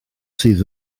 sydd